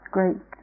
Great